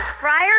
Friar